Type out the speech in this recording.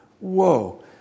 Whoa